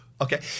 Okay